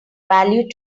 value